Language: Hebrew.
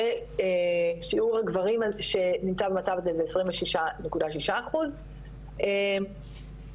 ושיעור הגברים שנמצא במצב זה זה 26.6 אחוזים,